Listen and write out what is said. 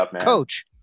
coach